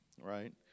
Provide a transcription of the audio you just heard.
right